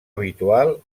habitual